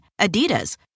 Adidas